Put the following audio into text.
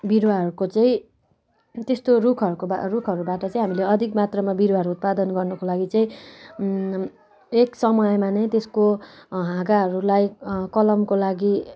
बिरुवाहरूको चाहिँ त्यस्तो रुखहरूको रुखहरूबाट चाहिँ हामीले अधिक मात्रमा बिरुवाहरू उत्पादन गर्नुको लागि चाहिँ एक समयमा नै त्यसको हाँगाहरूलाई कलमको लागि